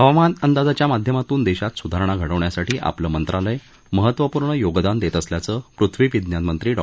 हवामान अंदाजाच्या माध्यमातून देशात सुधारणा घडवण्यासाठी आपलं मंत्रालय महत्वपूर्ण योगदान देत असल्याचं पृथ्वीविज्ञान मंत्री डॉ